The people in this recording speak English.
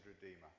Redeemer